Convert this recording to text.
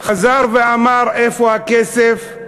חזר ואמר "איפה הכסף?",